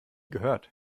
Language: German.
gehört